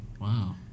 Wow